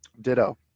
Ditto